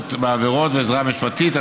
שיפוט בעבירות ועזרה משפטית),